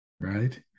right